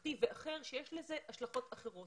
משפחתי ואחר שיש לזה השלכות אחרות.